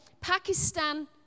Pakistan